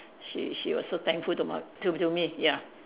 she she was so thankful to m~ to to me ya